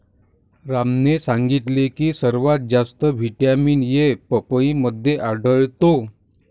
रामने सांगितले की सर्वात जास्त व्हिटॅमिन ए पपईमध्ये आढळतो